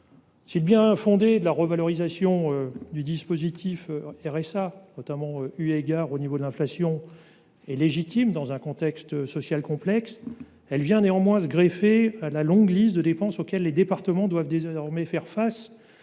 exemples ! Si la revalorisation du dispositif RSA, notamment eu égard au niveau de l’inflation, est légitime dans un contexte social complexe, elle vient néanmoins se greffer à la longue liste de dépenses auxquelles les départements doivent désormais faire face